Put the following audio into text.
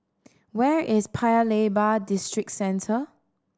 where is Paya Lebar